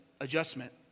adjustment